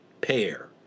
pair